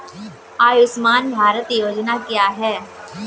आयुष्मान भारत योजना क्या है?